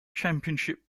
championship